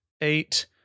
eight